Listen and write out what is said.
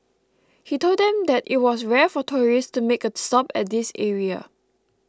he told them that it was rare for tourists to make a stop at this area